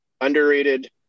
underrated